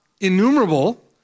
innumerable